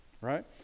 right